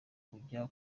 kurya